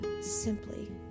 Simply